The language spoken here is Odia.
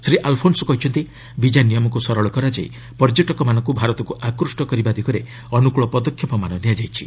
ଶ୍ରୀ ଆଲ୍ଫୋନ୍ସ୍ କହିଛନ୍ତି ବିଜା ନିୟମକୁ ସରଳ କରାଯାଇ ପର୍ଯ୍ୟଟକମାନଙ୍କୁ ଭାରତକୁ ଆକୃଷ୍ଟ କରିବା ଦିଗରେ ଅନୁକ୍ରଳ ପଦକ୍ଷେପମାନ ନିଆଯାଇଛି